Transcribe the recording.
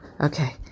okay